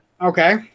Okay